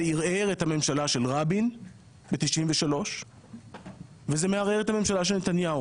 זה ערער את הממשלה של רבין ב-1993 וזה מערער את הממשלה של נתניהו.